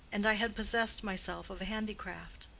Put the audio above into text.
and i had possessed myself of a handicraft.